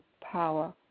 power